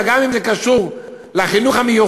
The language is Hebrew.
אלא גם אם זה קשור לחינוך המיוחד,